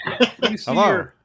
Hello